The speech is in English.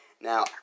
Now